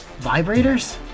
vibrators